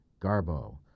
Garbo